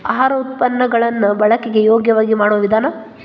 ಆಹಾರ ಉತ್ಪನ್ನ ಗಳನ್ನು ಬಳಕೆಗೆ ಯೋಗ್ಯವಾಗಿ ಮಾಡುವ ವಿಧಾನ